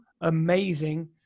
amazing